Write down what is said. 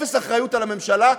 אפס אחריות על הממשלה,